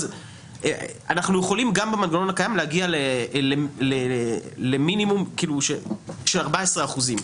אנחנו יכולים גם במנגנון הקיים להגיע למינימום של 14 אחוזים.